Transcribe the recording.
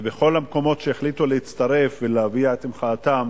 ובכל המקומות שהחליטו להצטרף ולהביע את מחאתם